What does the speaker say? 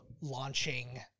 launching